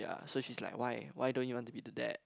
ya so she's like why why you don't want to be the dad